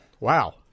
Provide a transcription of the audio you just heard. Wow